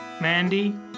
Mandy